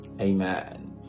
Amen